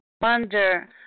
wonder